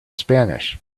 spanish